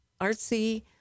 artsy